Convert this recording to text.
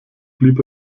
blieb